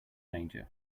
danger